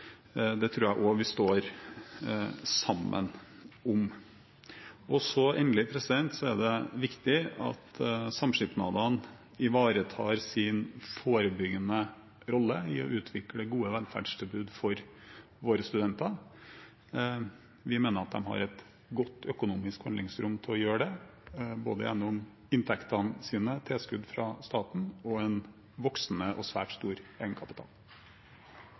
Det tror jeg også vi står sammen om. Endelig er det viktig at samskipnadene ivaretar sin forebyggende rolle for å utvikle gode velferdstilbud for våre studenter. Vi mener at de har et godt økonomisk handlingsrom til å gjøre det, både gjennom inntektene sine, tilskudd fra staten og en voksende og svært stor egenkapital.